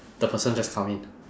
the person just come in